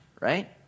right